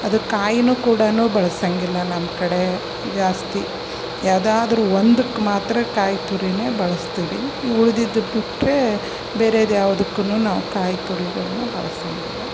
ಅದು ಕಾಯಿನೂ ಕೂಡ ಬಳ್ಸಂಗಿಲ್ಲ ನಮ್ಮ ಕಡೆ ಜಾಸ್ತಿ ಯಾವುದಾದ್ರು ಒಂದಕ್ಕೆ ಮಾತ್ರ ಕಾಯಿ ತುರಿನೇ ಬಳಸ್ತೀವಿ ಈ ಉಳಿದಿದ್ದು ಬಿಟ್ಟರೆ ಬೇರೆದು ಯಾವ್ದುಕ್ಕೂನು ನಾವು ಕಾಯಿ ತುರಿಗಳನ್ನ ಬಳ್ಸಂಗಿಲ್ಲ